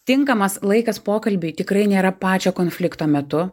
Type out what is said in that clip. tinkamas laikas pokalbiui tikrai nėra pačio konflikto metu